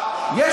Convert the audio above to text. למה?